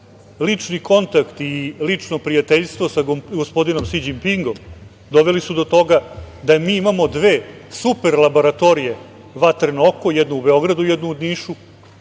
Lični kontakt i lično prijateljstvo sa gospodinom Si Đinpingom doveli su do toga da mi imamo dve super laboratorije "Vatreno oko", jednu u Beogradu, jednu u Nišu,